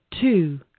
two